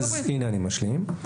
הנה אני משלים.